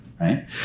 right